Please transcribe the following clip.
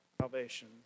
salvation